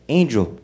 angel